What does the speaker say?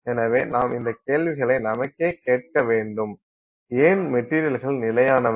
எனவே நாம் இந்த கேள்விகளை நமக்கே கேட்டக்க வேண்டும் ஏன் மெட்டீரியல்கள் நிலையானவை